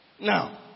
Now